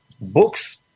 books